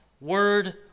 word